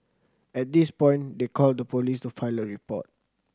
at this point they called the police to file a report